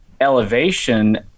elevation